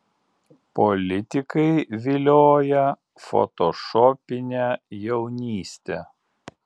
politikai vilioja fotošopine jaunyste